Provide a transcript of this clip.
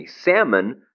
salmon